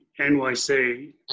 NYC